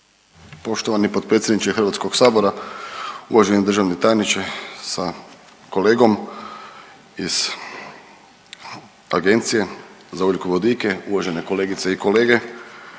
Poštovani potpredsjedniče Hrvatskog sabora, uvaženi državni tajniče sa kolegom iz Agencije za ugljikovodike, uvažene kolegice i kolege.